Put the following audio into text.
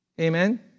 Amen